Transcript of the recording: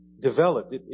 developed